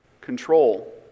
control